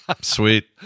sweet